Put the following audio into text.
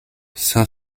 cinq